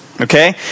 Okay